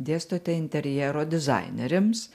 dėstote interjero dizaineriams